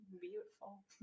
beautiful